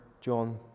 John